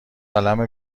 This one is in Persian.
قلمه